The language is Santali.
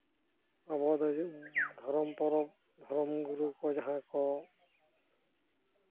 ᱟᱵᱚ ᱫᱚ ᱫᱷᱚᱨᱚᱢ ᱯᱚᱨᱚᱵᱽ ᱫᱷᱚᱨᱚᱢ ᱜᱭᱩᱨᱩ ᱠᱚ ᱡᱟᱦᱟᱸ ᱠᱚ